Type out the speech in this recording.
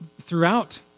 throughout